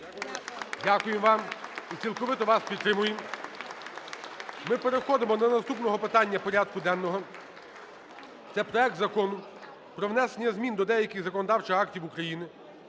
Дякую вам. І цілковито вас підтримуємо. Ми переходимо до наступного питання порядку денного. Це проект закону про внесення змін до деяких законодавчих актів України